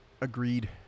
agreed